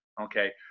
okay